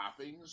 toppings